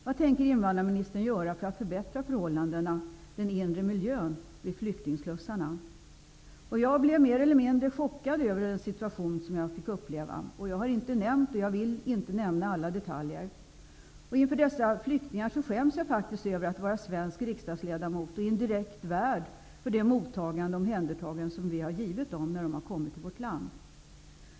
Vad tänker invandrarministern göra för att förbättra förhållandena, den inre miljön, vid flyktingslussarna? Jag blev mer eller mindre chockad över den situation som jag fick uppleva. Jag har inte nämnt -- och vill inte -- alla detaljer. Inför dessa flyktingar skäms jag faktiskt över att vara svensk riksdagsledamot och indirekt värd för det mottagande, omhändertagande, som vi har givit dem när de har kommit till vårt land.